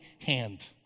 hand